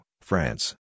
France